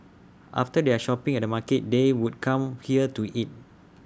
after their shopping at the market they would come here to eat